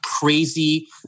crazy